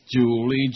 Julie